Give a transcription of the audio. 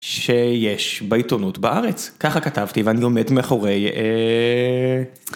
שיש בעיתונות בארץ ככה כתבתי ואני עומד מחורי.